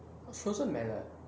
frozen mallet